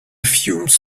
fumes